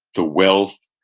the wealth,